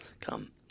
come